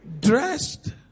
Dressed